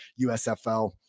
USFL